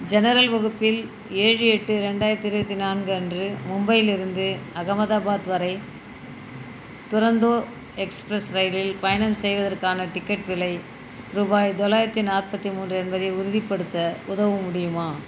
general வகுப்பில் ஏழு எட்டு இரண்டாயிரத்தி இருபத்தி நான்கு அன்று மும்பையிலிருந்து அகமதாபாத் வரை துரந்தோ எக்ஸ்பிரஸ் ரயிலில் பயணம் செய்வதற்கான டிக்கெட் விலை ரூபாய் தொள்ளாயிரத்தி நாற்பத்தி மூன்று என்பதை உறுதிப்படுத்த உதவ முடியுமா